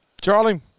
Charlie